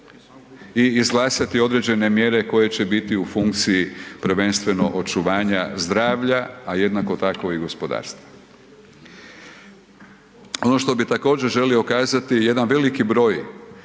i izglasati određene mjere koje će biti u funkciji prvenstveno očuvanja zdravlja a jednako tako i gospodarstva. Ono što bi također želio kazati, jedan veliki broj